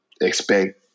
expect